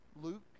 Luke